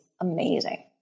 amazing